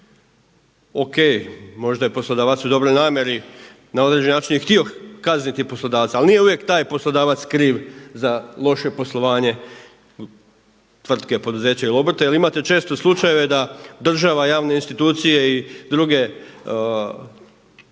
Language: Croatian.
O.k. Možda je poslodavac u dobroj namjeri na određeni način je htio kazniti poslodavca, ali nije uvijek taj poslodavac kriv za loše poslovanje tvrtke, poduzeća ili obrta jer imate često slučajeve da država, javne institucije i druge javne